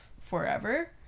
forever